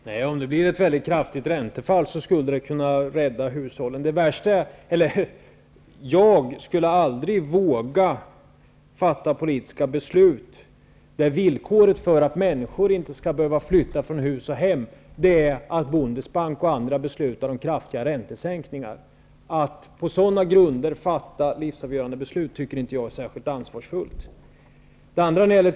Fru talman! Om det blir ett kraftigt räntefall skulle det kunna rädda hushållen. Men jag skulle aldrig våga fatta politiska beslut där villkoret för att människor inte skulle behöva flytta från hus och hem är att Bundesbank och andra beslutar om kraftiga räntesänkningar. Att på sådana grunder fatta livsavgörande beslut tycker jag inte är särskilt ansvarsfullt.